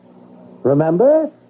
Remember